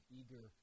eager